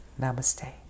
namaste